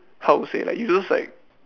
how to say ah you just like